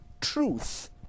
truth